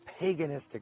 paganistic